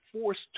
forced